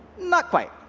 not quite.